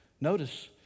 Notice